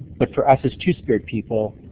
but for us as two-spirit people,